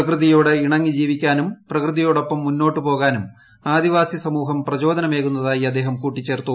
പ്രകൃതിയോട് ഇണങ്ങി ജീവിക്കാനും പ്രകൃതിയോടൊപ്പം മുന്നോട്ട് പോകാനും ആദിവാസി സമൂഹം പ്രചോദനമേകുന്നതായി അദ്ദേഹം കൂട്ടിച്ചേർത്തു